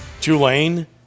Tulane